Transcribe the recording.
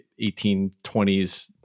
1820s